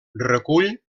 recull